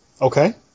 Okay